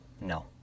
no